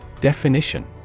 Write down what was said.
Definition